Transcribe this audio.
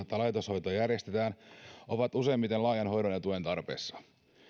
tai laitoshoitoa järjestetään ovat useimmiten laajan hoidon ja tuen tarpeessa